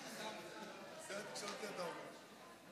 ההצעה להעביר את הצעת חוק שיקים ללא כיסוי (תיקון,